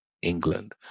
England